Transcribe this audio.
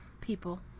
people